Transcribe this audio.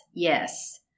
Yes